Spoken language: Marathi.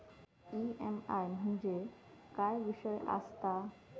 ई.एम.आय म्हणजे काय विषय आसता?